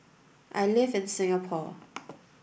I live in Singapore